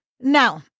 Now